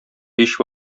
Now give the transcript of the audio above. һич